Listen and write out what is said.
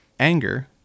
Anger